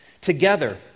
together